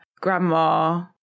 grandma